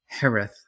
hereth